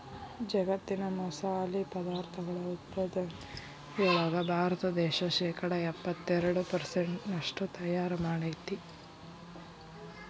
ಜಗ್ಗತ್ತಿನ ಮಸಾಲಿ ಪದಾರ್ಥಗಳ ಉತ್ಪಾದನೆಯೊಳಗ ಭಾರತ ದೇಶ ಶೇಕಡಾ ಎಪ್ಪತ್ತೆರಡು ಪೆರ್ಸೆಂಟ್ನಷ್ಟು ತಯಾರ್ ಮಾಡ್ತೆತಿ